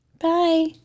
Bye